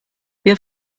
wir